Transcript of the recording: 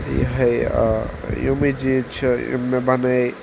یِہے یِمے چیز چھ یم مےٚ بنٲے